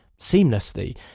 seamlessly